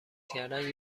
کردن